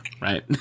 right